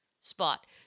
spot